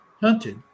hunted